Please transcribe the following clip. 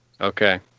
Okay